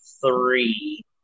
Three